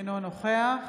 אינו נוכח